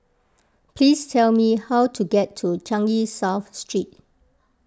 please tell me how to get to Changi South Street